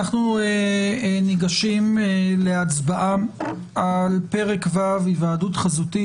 אנחנו ניגשים להצבעה על פרק ו': היוועדות חזותית,